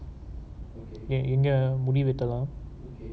எங்க முடி வெட்டவா:enga mudi vettava